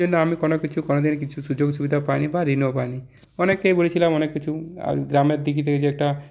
ঋণ আমি কোনো কিছু কোনোদিন কিছু সুযোগ সুবিধা পাইনি বা ঋণও পাইনি অনেককেই বলেছিলাম অনেক কিছু আর গ্রামের দিকে যে এই একটা